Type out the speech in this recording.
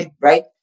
right